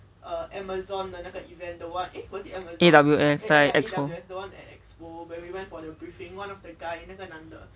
A_W_S 在 expo